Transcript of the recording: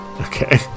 Okay